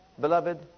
Beloved